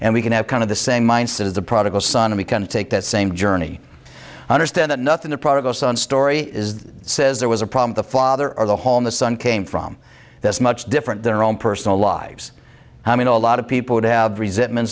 and we can have kind of the same mindset as the prodigal son we can take that same journey understand that nothing the prodigal son story is says there was a problem the father or the hole in the son came from this much different than our own personal lives i mean a lot of people would have resentment